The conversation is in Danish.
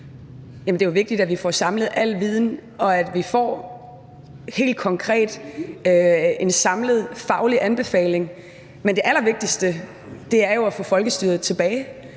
det er jo vigtigt, at vi får samlet al viden, og at vi helt konkret får en samlet faglig anbefaling, men det allervigtigste er jo at få folkestyret tilbage.